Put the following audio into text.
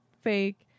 fake